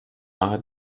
nahe